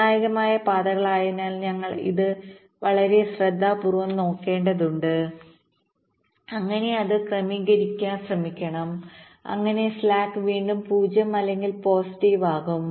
നിർണായകമായ പാതകളായതിനാൽ ഞങ്ങൾ അത് വളരെ ശ്രദ്ധാപൂർവ്വം നോക്കേണ്ടതുണ്ട് അങ്ങനെ അത് ക്രമീകരിക്കാൻ ശ്രമിക്കണം അങ്ങനെ സ്ലാക്ക് വീണ്ടും 0 അല്ലെങ്കിൽ പോസിറ്റീവ് ആകും